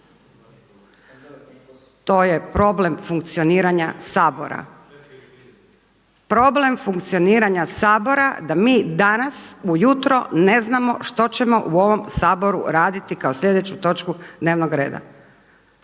To je problem funkcioniranja Sabora, problem funkcioniranja Sabora da mi danas ujutro ne znamo što ćemo u ovom Saboru raditi kao slijedeću točku dnevnog reda.